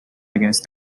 against